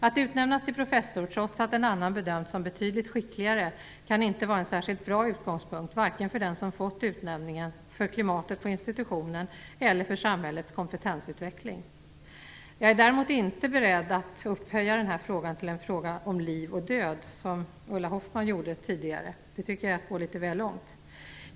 Att utnämnas till professor trots att en annan bedömts som betydligt skickligare kan inte vara en särskilt bra utgångspunkt varken för den som fått utnämningen, för klimatet på institutionen eller för samhällets kompetensutveckling. Jag är däremot inte beredd att upphöja denna fråga till en fråga om liv och död, som Ulla Hoffmann gjorde tidigare. Det tycker jag är att gå litet väl långt.